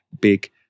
big